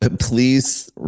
please